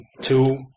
two